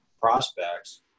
prospects